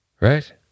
Right